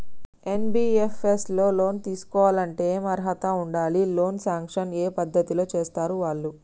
NBFS లో loan తీస్కోవాలంటే ఏం అర్హత ఉండాలి? లోన్ సాంక్షన్ ఏ పద్ధతి లో చేస్తరు వాళ్లు?